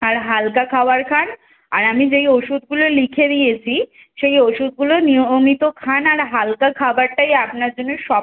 আর হালকা খাবার খান আর আমি যেই ওষুধগুলো লিখে দিয়েছি সেই ওষুধগুলো নিয়মিত খান আর হালকা খাবারটাই আপনার জন্য সব